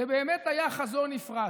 זה באמת לא היה חזון נפרץ.